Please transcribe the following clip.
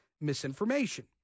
misinformation